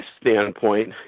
standpoint